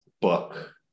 book